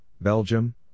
Belgium